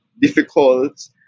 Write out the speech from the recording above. difficult